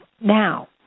Now